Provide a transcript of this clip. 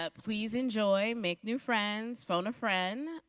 ah please enjoy. make new friends. phone a friend.